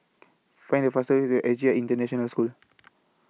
Find The fastest Way to S J I International School